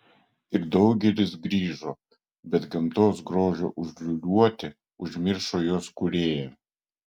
ir daugelis grįžo bet gamtos grožio užliūliuoti užmiršo jos kūrėją